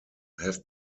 have